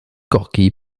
gorki